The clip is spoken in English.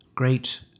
great